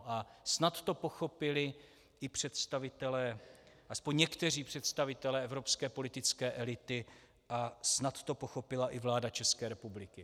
A snad to pochopili i představitelé, aspoň někteří představitelé, evropské politické elity a snad to pochopila i vláda České republiky.